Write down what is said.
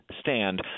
stand